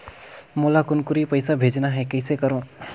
मोला कुनकुरी पइसा भेजना हैं, कइसे करो?